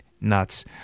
nuts